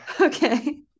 Okay